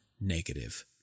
negative